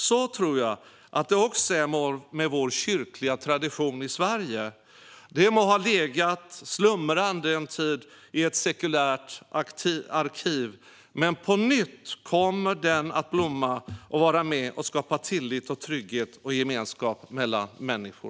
Så tror jag att det också är med vår kyrkliga tradition i Sverige. Den må ha legat slumrande en tid i ett sekulärt arkiv, men på nytt kommer den att blomma och vara med och skapa tillit, trygghet och gemenskap mellan människor.